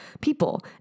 people